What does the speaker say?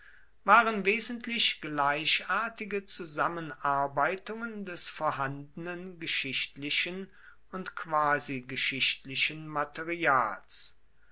waren wesentlich gleichartige zusammenarbeitungen des vorhandenen geschichtlichen und quasigeschichtlichen materials